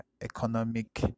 economic